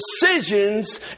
decisions